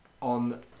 on